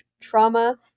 trauma